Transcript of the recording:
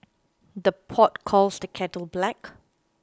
the pot calls the kettle black